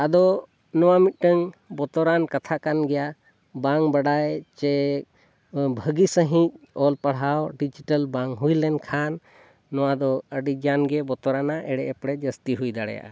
ᱟᱫᱚ ᱱᱚᱣᱟ ᱢᱤᱫᱴᱟᱝ ᱵᱚᱛᱚᱨᱟᱱ ᱠᱟᱛᱷᱟᱠᱟᱱ ᱜᱮᱭᱟ ᱵᱟᱝ ᱵᱟᱰᱟᱭ ᱥᱮ ᱵᱷᱟᱹᱜᱤ ᱥᱟᱺᱦᱤᱡ ᱚᱞᱼᱯᱟᱲᱦᱟᱣ ᱰᱤᱡᱤᱴᱮᱞ ᱵᱟᱝ ᱦᱩᱭ ᱞᱮᱱᱠᱷᱟᱱ ᱱᱚᱣᱟᱫᱚ ᱟᱹᱰᱤ ᱜᱟᱱᱜᱮ ᱵᱚᱛᱚᱨᱟᱱᱟᱜ ᱮᱲᱮᱼᱮᱯᱲᱮ ᱡᱟᱹᱥᱛᱤ ᱦᱩᱭ ᱫᱟᱲᱮᱭᱟᱜᱼᱟ